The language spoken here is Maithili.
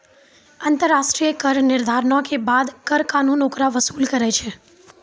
अन्तर्राष्ट्रिय कर निर्धारणो के बाद कर कानून ओकरा वसूल करै छै